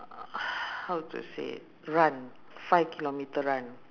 how to say run five kilometre run